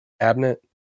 cabinet